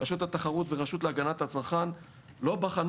רשות התחרות והרשות להגנת הצרכן לא בחנו